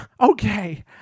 Okay